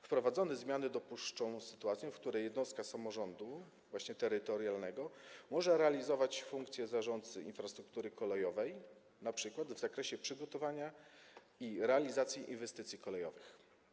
Wprowadzone zmiany dopuszczą sytuację, w której jednostka samorządu terytorialnego może realizować funkcję zarządcy infrastruktury kolejowej, np. w zakresie przygotowania i realizacji inwestycji kolejowych.